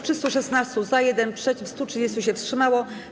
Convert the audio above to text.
316 - za, 1 - przeciw, 130 się wstrzymało.